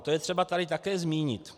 To je třeba tady také zmínit.